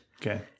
Okay